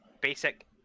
basic